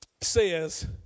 says